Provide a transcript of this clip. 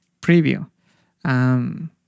preview